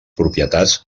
propietats